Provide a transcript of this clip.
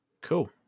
Cool